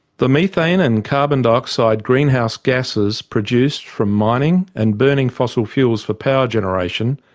the methane and carbon dioxide greenhouse gases produced from mining and burning fossil fuels for power generation,